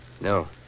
No